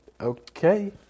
okay